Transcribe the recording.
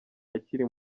akiri